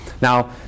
Now